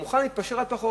הוא מוכן להתפשר על פחות.